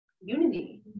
unity